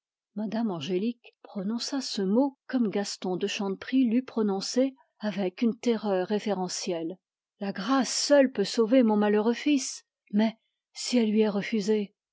mme angélique prononça ce mot comme gaston de chanteprie l'eût prononcé avec une terreur révérencielle la grâce seule peut sauver mon malheureux fils mais si elle lui est refusée